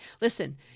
listen